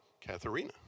Katharina